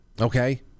okay